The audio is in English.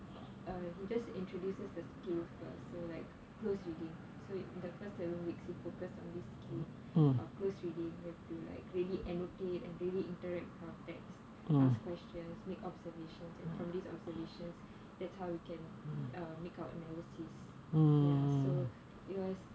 err he just introduces the skill first so like close reading so in the first seven weeks he focused on this skill of close reading we have to like really annotate and really interact with out text ask questions make observations and from these observations that's how we can make our analysis ya so it was